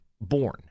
born